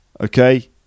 Okay